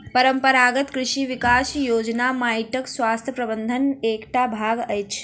परंपरागत कृषि विकास योजना माइटक स्वास्थ्य प्रबंधनक एकटा भाग अछि